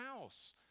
house